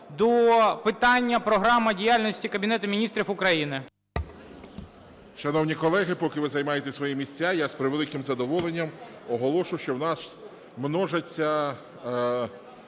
до питання – Програма діяльності Кабінету Міністрів України.